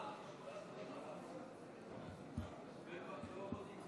אם כך, להלן תוצאות ההצבעה: בעד, 50,